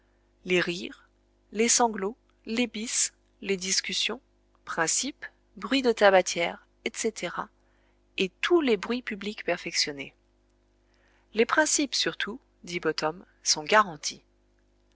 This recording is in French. les rires les sanglots les bis les discussions principes bruits de tabatières etc et tous les bruits publics perfectionnés les principes surtout dit bottom sont garantis